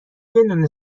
بدون